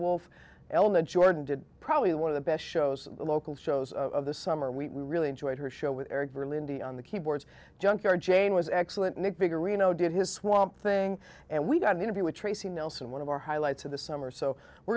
wolf ellen and jordan did probably one of the best shows local shows of the summer we really enjoyed her show with lindy on the keyboards junkyard jane was excellent nick bigger reno did his swamp thing and we got an interview with tracy nelson one of our highlights of the summer so we're